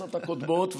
בכנסות הקודמות,